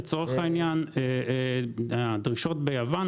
הדרישות ביוון,